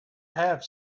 have